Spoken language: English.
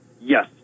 Yes